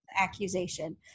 accusation